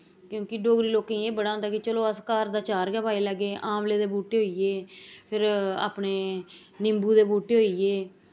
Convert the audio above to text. क्योंकि डोगरी लोकें गी एह् बड़ा होंदा कि चलो अस घर दा चा'र गै पाई लैगे आमले दे बूह्टे होई गे फिर अपने निम्बू दे बूह्टे होई गे